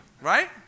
Right